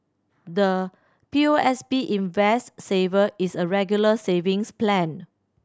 the P O S B Invest Saver is a Regular Savings Plan